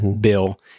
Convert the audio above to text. bill